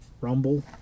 Rumble